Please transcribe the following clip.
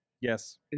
Yes